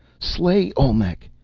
slay olmec!